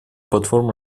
платформу